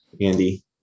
Andy